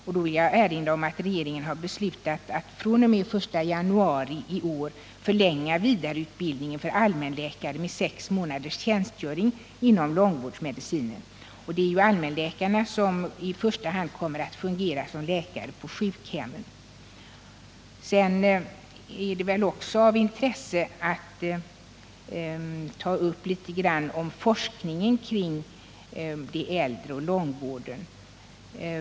Jag vill erinra om att regeringen har beslutat att fr.o.m. den 1 januari i år förlänga vidareutbildningen för allmänläkare med sex månaders tjänstgöring inom långvårdsmedicin. Det är ju allmänläkarna som i första hand kommer att tjänstgöra som läkare på sjukhemmen. Det är också av intresse att ta upp litet grand av forskningen kring de äldre och långvården.